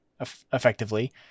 effectively